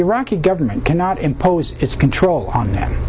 iraqi government cannot impose its control on th